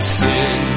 sin